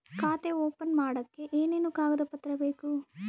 ಖಾತೆ ಓಪನ್ ಮಾಡಕ್ಕೆ ಏನೇನು ಕಾಗದ ಪತ್ರ ಬೇಕು?